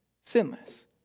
sinless